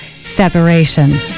separation